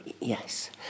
Yes